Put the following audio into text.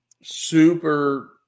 Super